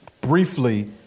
briefly